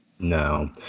No